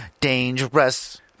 dangerous